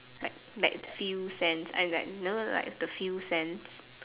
like like few cents and then it's like you know like the few cents